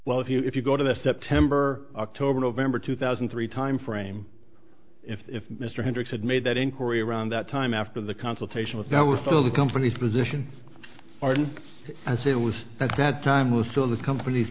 well if you if you go to the september october november two thousand and three timeframe if mr hendricks had made that inquiry around that time after the consultation with there was still the company's position pardon as it was at that time was still the company's